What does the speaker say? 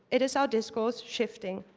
it is our discourse shifting.